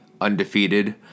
undefeated